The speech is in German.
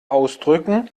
ausdrücken